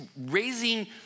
raising